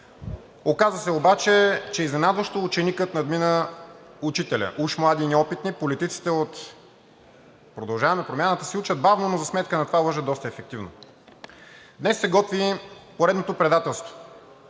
Оказа се обаче, че изненадващо ученикът надмина учителя. Уж млади и неопитни, политиците от „Продължаваме Промяната“ се учат бавно, но за сметка на това лъжат доста ефективно. Днес се готви поредното предателство.